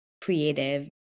creative